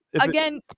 Again